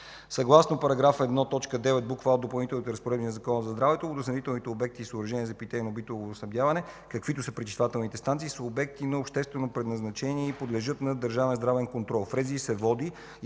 Съгласно § 1, т. 9, буква „а“ от Допълнителните разпоредби на Закона за здравето водоснабдителните обекти и съоръжения за питейно битово водоснабдяване, каквито са пречиствателните станции, са обекти с обществено предназначение и подлежат на държавен здравен контрол. Преди се е водил и